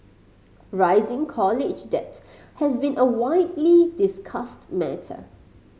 rising college debt has been a widely discussed matter